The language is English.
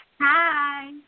Hi